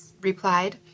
replied